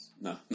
No